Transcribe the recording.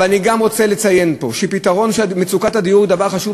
אני גם רוצה לציין פה שפתרון מצוקת הדיור הוא דבר חשוב,